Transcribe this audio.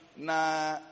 na